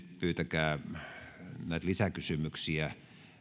pyytäkää näitä lisäkysymyksiä